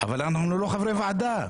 אבל אנחנו לא חברי ועדה,